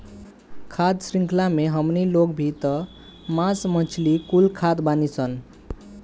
खाद्य शृंख्ला मे हमनी लोग भी त मास मछली कुल खात बानीसन